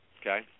Okay